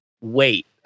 wait